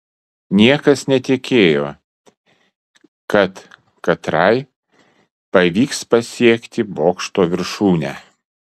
niekas netikėjo kad katrai pavyks pasiekti bokšto viršūnę